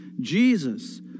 Jesus